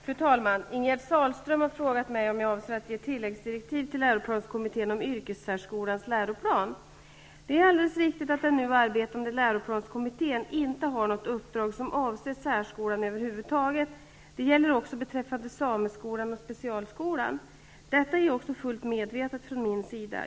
Fru talman! Ingegerd Sahlström har frågat mig om jag avser att ge tilläggsdirektiv till läroplanskommittén om yrkessärskolans läroplan. Det är alldeles riktigt att den nu arbetande läroplanskommittén inte har något uppdrag som avser särskolan över huvud taget. Det gäller också beträffande sameskolan och specialskolan. Detta är fullt medvetet från min sida.